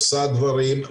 עושה דברים,